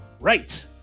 Right